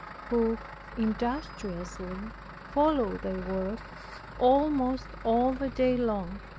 who industriously followed their work almost all the day long,